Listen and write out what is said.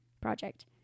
project